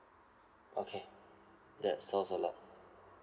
okay that sounds a lot